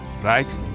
right